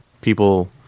people